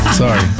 sorry